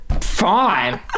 Fine